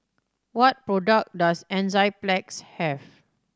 what product does Enzyplex have